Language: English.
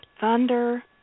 thunder